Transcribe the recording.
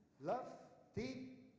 love, pea.